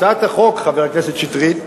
הצעת החוק, חבר הכנסת שטרית,